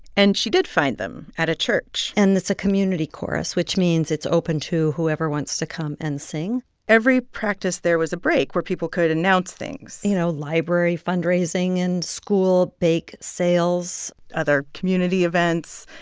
and she did find them at a church and it's a community chorus, which means it's open to whoever wants to come and sing every practice, there was a break where people could announce things you know, library fundraising and school bake sales other community events.